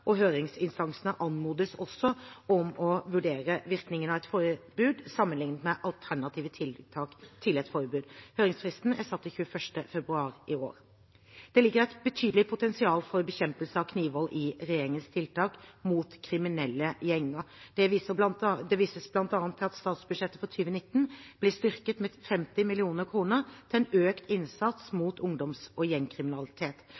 og høringsinstansene anmodes også om å vurdere virkningen av et forbud sammenlignet med alternative tiltak til et forbud. Høringsfristen er satt til 21. februar i år. Det ligger et betydelig potensial for bekjempelse av knivvold i regjeringens tiltak mot kriminelle gjenger. Det vises bl.a. til at statsbudsjettet for 2019 ble styrket med 50 mill. kr til en økt innsats